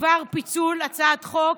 בדבר פיצול הצעת חוק